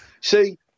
See